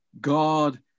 God